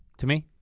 to me?